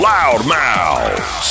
Loudmouth